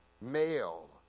male